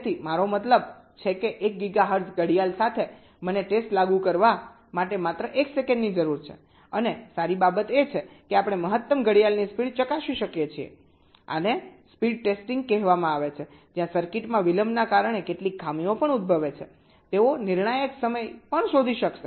તેથી મારો મતલબ છે કે 1 ગીગાહર્ટ્ઝ ઘડિયાળ સાથે મને ટેસ્ટ લાગુ કરવા માટે માત્ર 1 સેકન્ડની જરૂર છે અને સારી બાબત એ છે કે આપણે મહત્તમ ઘડિયાળની ઝડપ ચકાસી શકીએ છીએ આને સ્પીડ ટેસ્ટિંગ કહેવામાં આવે છે જ્યાં સર્કિટમાં વિલંબના કારણે કેટલીક ખામીઓ પણ ઉદ્દભવે છે તેઓ નિર્ણાયક સમય પણ શોધી શકશે